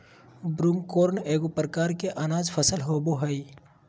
broomcorn एगो प्रकार के अनाज फसल होबो हइ